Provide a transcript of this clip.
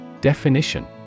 Definition